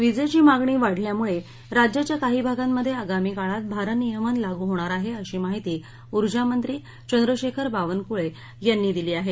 विजेची मागणी वाढल्यामुळे राज्याच्या काही भागांमध्ये आगामी काळात भारनियमन लागू होणार आहे अशी माहिती उर्जा मंत्री चंद्रशेखर बावनकुळे यांनी दिली आहे